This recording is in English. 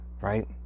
Right